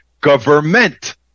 government